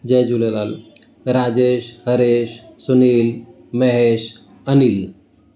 Jay Jhulelal Rajesh Haresh Sunil Mahesh Anil